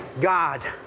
God